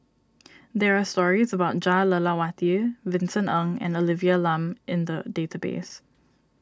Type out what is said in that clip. there are stories about Jah Lelawati Vincent Ng and Olivia Lum in the database